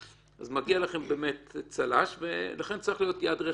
אז מגיע לכם צל"ש ולכן צריכה להיות יד רחבה.